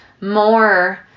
more